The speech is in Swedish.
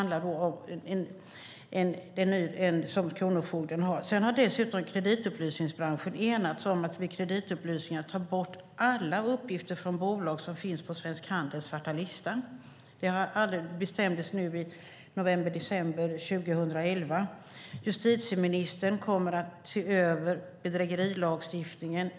Dessutom har kreditupplysningsbranschen enats om att vid kreditupplysningar ta bort alla uppgifter från bolag som finns på Svensk Handels svarta lista. Det bestämdes i november-december 2011. Justitieministern kommer att se över bedrägerilagstiftningen.